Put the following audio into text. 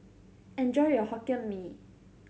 enjoy your Hokkien Mee